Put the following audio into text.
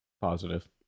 positive